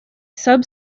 sub